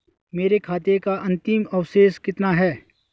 मेरे खाते का अंतिम अवशेष कितना है?